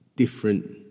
Different